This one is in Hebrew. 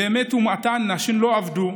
בימי טומאתן נשים לא עבדו.